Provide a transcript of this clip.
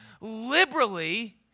liberally